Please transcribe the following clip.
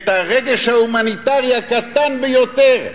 שאת הרגש ההומניטרי הקטן ביותר,